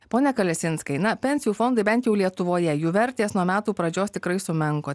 pone kalesinskai na pensijų fondai bent jau lietuvoje jų vertės nuo metų pradžios tikrai sumenko